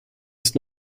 ist